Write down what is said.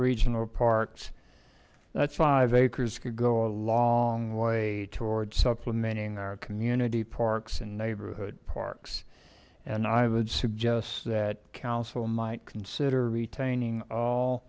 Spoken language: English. regional parks five acres could go a long way towards supplementing our community parks and neighborhood parks and i would suggest that council might consider retaining all